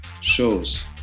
shows